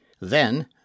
Then